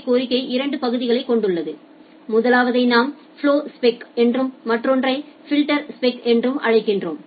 B கோரிக்கை இரண்டு பகுதிகளைக் கொண்டுள்ளது முதலாவதை நாம் ஃப்ளோஸ்பெக் என்றும் மற்றொன்றை ஃபில்டர்ஸ்பெக் என்றும் அழைக்கிறோம்